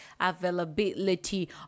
availability